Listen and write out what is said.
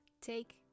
Take